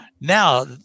Now